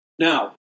Now